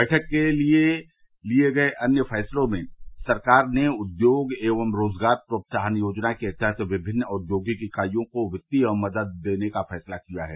बैठक में लिये गये अन्य फैसले में सरकार ने उद्योग एवं रोजगार प्रोत्साहन योजना के तहत विभिन्न औद्योगिक इकाइयों को वित्तीय मदद देने का फैसला किया है